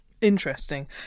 Interesting